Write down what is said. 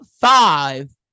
five